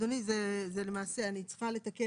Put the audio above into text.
אני צריכה לתקן